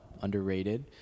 underrated